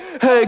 hey